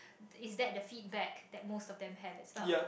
is that the feedback that most of them have as well